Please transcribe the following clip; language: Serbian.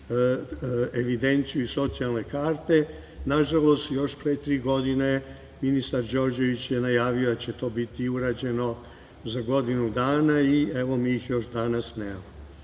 evidenciju i socijalne karte. Nažalost, još pre tri godine ministar Đorđević je najavio da će to biti urađeno za godinu dana i mi ih ni danas